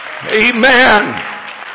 Amen